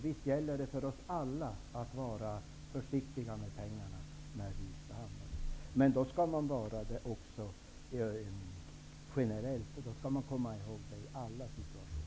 Det gäller för oss alla att vara försiktiga med pengarna. Men då skall man vara det generellt och komma ihåg det i alla situationer.